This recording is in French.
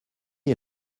est